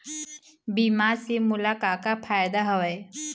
बीमा से मोला का का फायदा हवए?